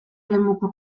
eremuko